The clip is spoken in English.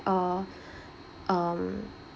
uh um